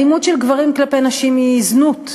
אלימות של גברים כלפי נשים היא זנות,